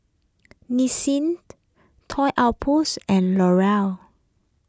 Nissin Toy Outpost and L'Oreal